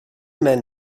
men